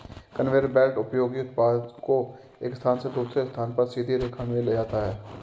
conveyor belt उपयोगी उत्पाद को एक स्थान से दूसरे स्थान पर सीधी रेखा में ले जाता है